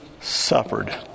suffered